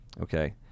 okay